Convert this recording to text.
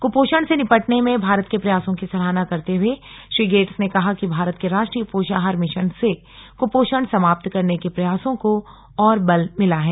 कुपोषण से निपटने में भारत के प्रयासों की सराहना करते हुए श्री गेट्स ने कहा कि भारत के राष्ट्रीय पोषाहार मिशन से कुपोषण समाप्त करने के प्रयासों को और बल मिला है